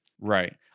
Right